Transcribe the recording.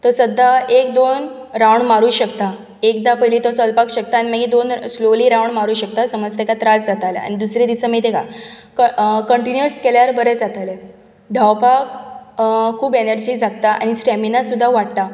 तो सद्दां एक दोन रावंड मारूंक शकता एकदां पयलीं तो चलपाक शकता आनी मागीर दोन स्लॉली रावंड मारूंक शकता समज तेका त्रास जाता जाल्यार आनी दुसरे दिसा मागीर तेका कंटिन्यूस केल्यार बरें जातलें धांवपाक खूब एनर्जी लागता आनी स्टॅमिना सुद्दां वाडटा